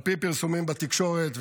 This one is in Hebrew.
על פי פרסומים בתקשורת,